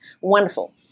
Wonderful